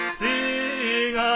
sing